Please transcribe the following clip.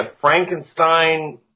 Frankenstein